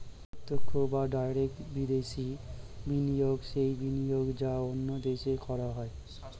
প্রত্যক্ষ বা ডাইরেক্ট বিদেশি বিনিয়োগ সেই বিনিয়োগ যা অন্য দেশে করা হয়